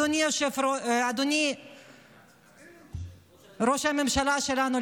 אדוני ראש הממשלה שלנו,